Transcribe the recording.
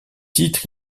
titre